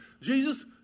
Jesus